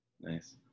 nice